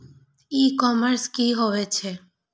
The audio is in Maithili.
ई कॉमर्स की होए छै?